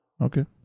Okay